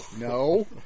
no